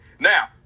now